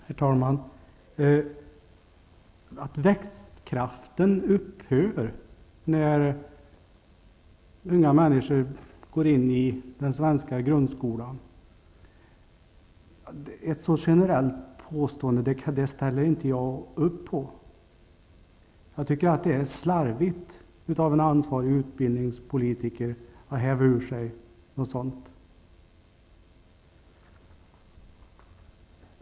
Herr talman! Ett så generellt påstående som att växtkraften upphör när unga människor börjar i den svenska grundskolan ställer jag inte upp på. Jag tycker att det är slarvigt av en ansvarig utbildningspolitiker att häva ur sig något sådant.